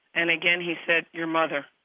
and again, he said, your mother.